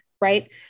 Right